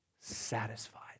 satisfied